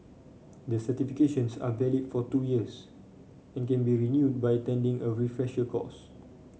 the certifications are valid for two years and can be renewed by attending a refresher course